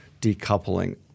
decoupling